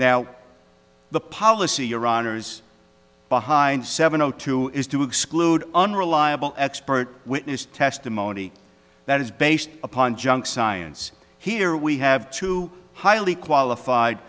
now the policy your honour's behind seven o two is to exclude unreliable expert witness testimony that is based upon junk science here we have two highly qualified